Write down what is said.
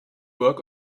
work